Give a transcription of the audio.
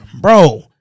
Bro